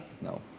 No